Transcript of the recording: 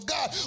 God